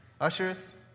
ushers